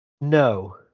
No